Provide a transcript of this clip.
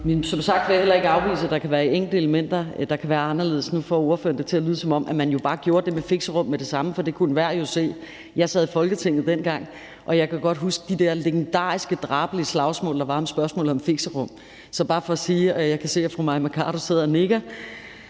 vil jeg heller ikke afvise, at der kan være enkelte elementer, der kan være anderledes. Nu får ordføreren det til at lyde, som om man bare gjorde det med fixerum med det samme, fordi enhver jo kunne se det. Jeg sad i Folketinget dengang, og jeg kan godt huske de legendariske, drabelige slagsmål, der var om spørgsmålet om fixerum – jeg kan se, at fru Mai Mercado sidder og nikker.